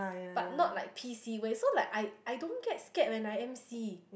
but not like P_C way so like I I don't get scared when I M_C